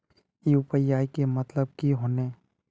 UPI के मतलब की होने?